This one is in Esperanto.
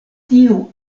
tiu